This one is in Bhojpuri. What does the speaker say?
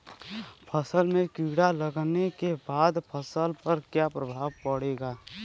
असल में कीड़ा लगने के बाद फसल पर क्या प्रभाव पड़ेगा?